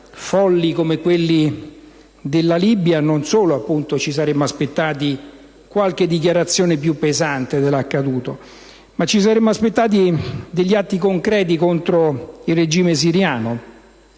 folli, come quelli con la Libia, non solo ci saremmo aspettati qualche dichiarazione più pesante sull'accaduto, ma ci saremmo aspettati degli atti concreti contro il regime siriano.